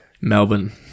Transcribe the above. Melbourne